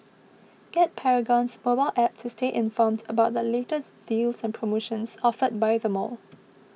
get Paragon's mobile app to stay informed about the latest deals and promotions offered by the mall